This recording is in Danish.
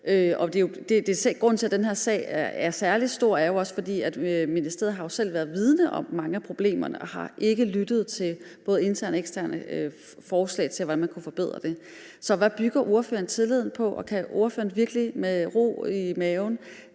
Grunden til, at den her sag er særlig stor, er jo også, at ministeriet selv har været vidende om mange af problemerne, og man ikke har lyttet til både interne og eksterne forslag til, hvordan man kunne forbedre det. Så hvad bygger ordføreren den tillid på, og kan ordføreren virkelig med ro i maven